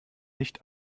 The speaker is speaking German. nicht